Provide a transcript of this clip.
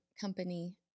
company